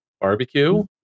Barbecue